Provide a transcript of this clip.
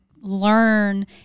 learn